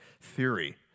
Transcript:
theory